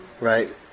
right